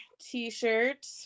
t-shirt